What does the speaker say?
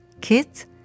Kids